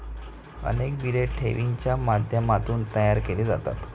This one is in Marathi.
अनेक बिले ठेवींच्या माध्यमातून तयार केली जातात